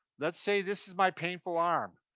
let's say this is my painful arm.